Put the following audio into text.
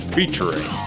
Featuring